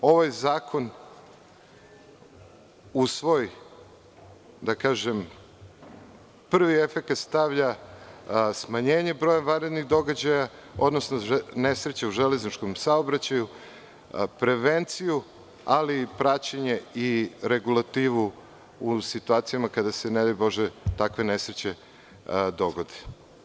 Ovaj zakon u svoj prvi efekat stavlja smanjenje broja vanrednih događaja, odnosno nesreća u železničkom saobraćaju, prevenciju ali i praćenje i regulativu u situacijama kada se, ne daj bože, takve nesreće dogode.